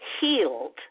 healed